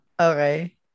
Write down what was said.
Okay